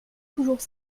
toujours